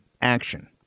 action